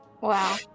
Wow